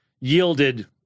yielded